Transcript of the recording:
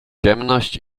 ciemność